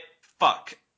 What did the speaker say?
Fuck